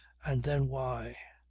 and then, why!